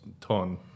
ton